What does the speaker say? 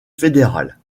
fédéral